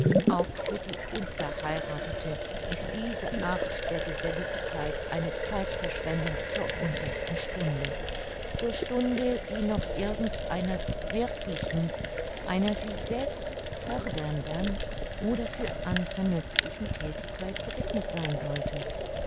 auch für die unverheirathete ist diese art der geselligkeit eine zeitverschwendung zur unrechten stunde zur stunde die noch irgend einer wirklichen einer sie selbst fördernden oder für andre nützlichen thätigkeit gewidmet sein sollte